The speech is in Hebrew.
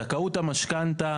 זכאות המשכנתא,